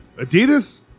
Adidas